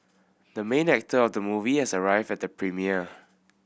the main actor of the movie has arrived at the premiere